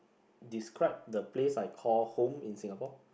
describe the place I call home in Singapore